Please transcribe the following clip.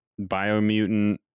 Biomutant